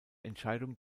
entscheidung